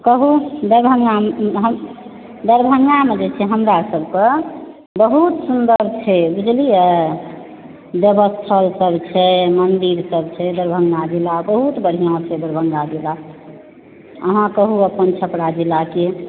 कहु दरभंगामे की हाल दरभंगामे जे छै हमरा सबके बहुत सुन्दर छै बुझलिए देवस्थल सब छै मन्दिर सब छै दरभंगा जिला बहुत बढ़िऑं छै दरभंगा जिला अहाँ कहु अपन छपरा जिलाके